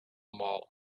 wall